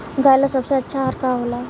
गाय ला सबसे अच्छा आहार का होला?